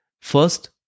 first